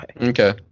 Okay